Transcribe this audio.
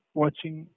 watching